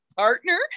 partner